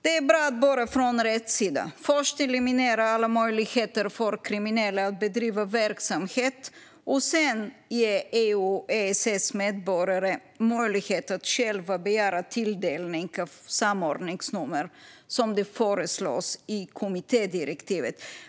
Det är bra att börja från rätt sida: först eliminera alla möjligheter för kriminella att bedriva verksamhet och sedan ge EU och EES-medborgare möjlighet att själva begära tilldelning av samordningsnummer, som det föreslås i kommittédirektivet.